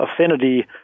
affinity